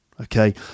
Okay